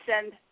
send